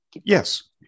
Yes